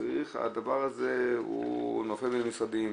נתתי לך לדבר, אז --- לא,